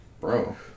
bro